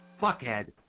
fuckhead